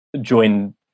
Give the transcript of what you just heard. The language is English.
join